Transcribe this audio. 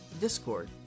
Discord